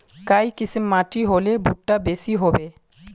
काई किसम माटी होले भुट्टा बेसी होबे?